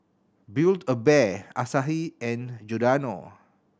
Build A Bear Asahi and Giordano